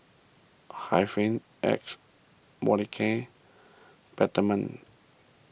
Hygin X Molicare Peptamen